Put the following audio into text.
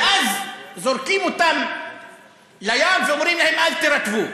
ואז זורקים אותם לים ואומרים להם: אל תירטבו.